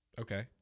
Okay